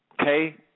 Okay